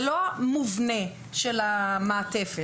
זה לא המובנה של המעטפת.